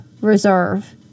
reserve